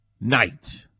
night